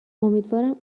امیدوارم